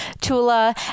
Tula